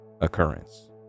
occurrence